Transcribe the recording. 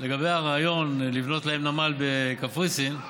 לגבי הרעיון לבנות להם נמל בקפריסין,